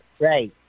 Right